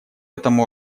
этом